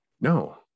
No